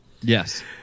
Yes